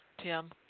Tim